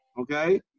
Okay